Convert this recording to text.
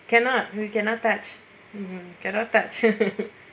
cannot we cannot touch mm cannot touch